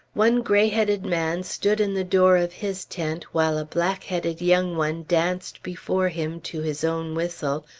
one gray-headed man stood in the door of his tent, while a black-headed young one danced before him, to his own whistle,